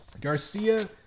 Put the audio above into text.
Garcia